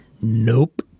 Nope